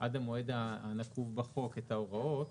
אריק פרישמן, מנכ"ל פייבוקס, בקשה.